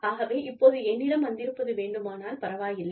ஆகவே இப்போது என்னிடம் வந்திருப்பது வேண்டுமானால் பரவாயில்லை